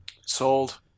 sold